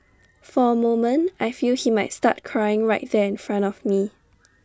for A moment I feel he might start crying right there in front of me